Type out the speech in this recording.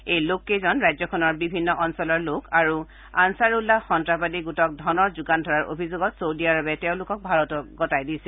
এই লোককেইজন ৰাজ্যখনৰ বিভিন্ন অঞ্চলৰ লোক আৰু আনচাৰউল্লাহ সন্ত্ৰাসবাদী গোটক ধনৰ যোগান ধৰাৰ অভিযোগত চৌদি আৰবে তেওঁলোকক ভাৰতক গটাই দিছিল